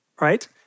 right